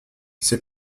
ses